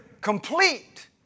complete